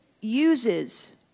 uses